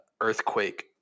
earthquake